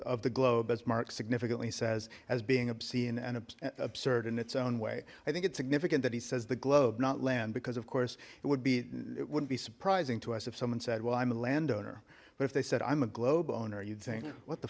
of the globe as mark significantly says as being obscene and absurd in its own way i think it's significant that he says the globe not land because of course it would be it wouldn't be surprising to us if someone said well i'm a landowner but if they said i'm a globe owner you'd think what the